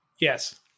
Yes